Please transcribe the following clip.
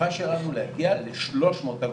והשאיפה שלנו להגיע לשלוש מאות אגודות,